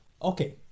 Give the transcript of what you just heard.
Okay